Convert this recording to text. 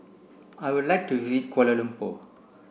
I would like to Kuala Lumpur